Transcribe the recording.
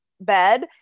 bed